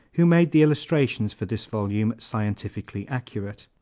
who made the illustrations for this volume scientifically accurate.